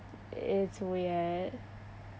it's weird